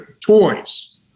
toys